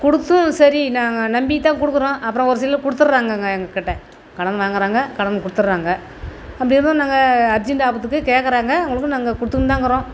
கொடுத்தும் சரி நாங்கள் நம்பி தான் கொடுக்குறோம் அப்புறம் சிலர் கொடுத்துறாங்கங்க எங்ககிட்ட கடன் வாங்குகிறாங்க கடன் கொடுத்துறாங்க அப்படி இருக்கும்போது நாங்கள் அர்ஜெண்ட் ஆபத்துக்கு கேட்குறாங்க அவங்களுக்கு கொடுத்துன்னுதாருக்குறோம்